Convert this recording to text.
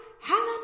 Helen